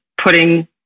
putting